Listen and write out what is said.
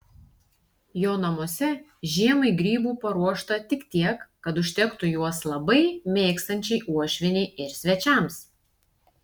jo namuose žiemai grybų paruošta tik tiek kad užtektų juos labai mėgstančiai uošvienei ir svečiams